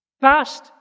Past